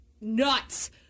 nuts